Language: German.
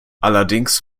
allerdings